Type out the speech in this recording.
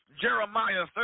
Jeremiah